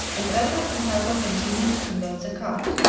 and edward and pablo continued to unload the cart.